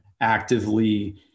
actively